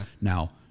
Now